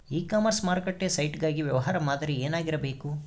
E commerce ಮಾರುಕಟ್ಟೆ site ಗಾಗಿ ವ್ಯವಹಾರ ಮಾದರಿ ಏನಾಗಿರಬೇಕು?